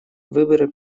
выборы